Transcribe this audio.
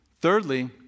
Thirdly